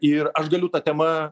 ir aš galiu ta tema